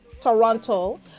Toronto